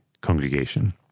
congregation